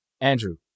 Andrew